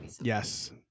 Yes